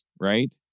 right